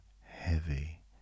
heavy